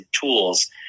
tools